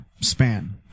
span